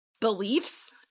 beliefs